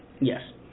Yes